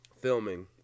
filming